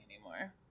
anymore